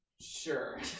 sure